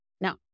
Now